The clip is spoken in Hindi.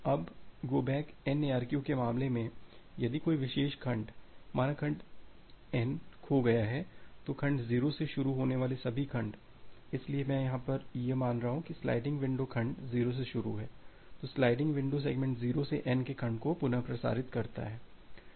अब गो बैक N ARQ के मामले में यदि कोई विशेष खंड माना खंड N खो गया है तो खंड 0 से शुरू होने वाला सभी खंड इसलिए मैं यहां यह मान रहा हूं कि स्लाइडिंग विंडो खंड 0 से शुरू है तो स्लाइडिंग विंडो सेगमेंट 0 से N के खंडो को पुनः प्रसारित करता है